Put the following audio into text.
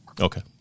Okay